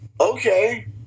okay